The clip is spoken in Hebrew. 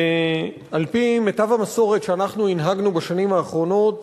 ועל-פי מיטב המסורת שהנהגנו בשנים האחרונות,